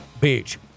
Beach